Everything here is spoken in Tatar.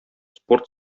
спорт